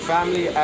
Family